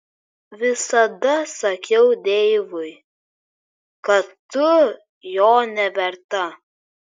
visada sakiau deivui kad tu jo neverta